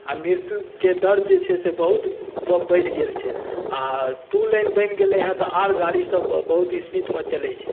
आ मृत्युके दर जे छै से बहुत बढ़ि गेल छै आ टू लेन बनि गेलै हँ तऽ आर गाड़ीसभ बहुत स्पीडमे चलै छै